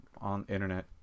on-internet